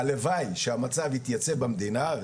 הלוואי שהמצב יתייצב במדינה.